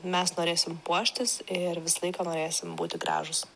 mes norėsim puoštis ir visą laiką norėsim būti gražūs